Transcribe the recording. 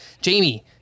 Jamie